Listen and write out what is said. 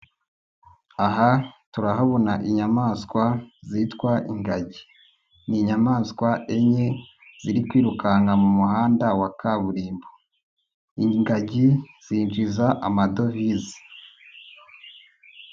Aha turahabona inyamaswa zitwa ingagi, ni inyamaswa enye ziri kwirukanka mu muhanda wa kaburimbo, ingagi zinjiza amadovize.